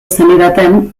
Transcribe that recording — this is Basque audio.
zenidaten